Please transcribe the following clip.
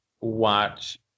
watch